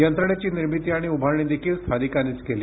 यंत्रणेची निर्मिती आणि उभारणी देखील स्थानिकांनीच केली